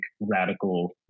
radical